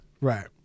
Right